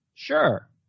Sure